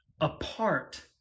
apart